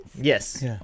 yes